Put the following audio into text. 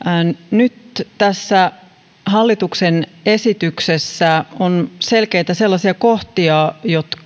nyt tässä hallituksen esityksessä on selkeitä sellaisia kohtia